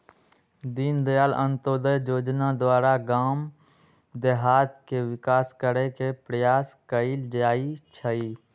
दीनदयाल अंत्योदय जोजना द्वारा गाम देहात के विकास करे के प्रयास कएल जाइ छइ